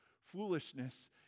foolishness